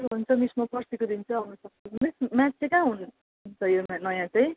हुन्छ मिस म पर्सीको दिन चाहिँ आउनुसक्छु मिस म्याच चाहिँ कहाँ हुन्छ यो नयाँ चाहिँ